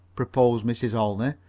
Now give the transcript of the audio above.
proposed mrs. olney,